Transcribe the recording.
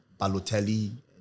Balotelli